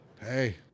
Hey